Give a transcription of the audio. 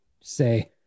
Say